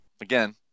again